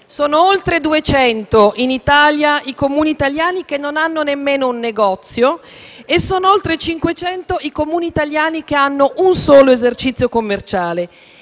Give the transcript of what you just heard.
Sono oltre 200 i Comuni italiani che non hanno nemmeno un negozio e oltre 500 quelli che hanno un solo esercizio commerciale.